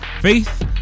faith